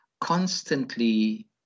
constantly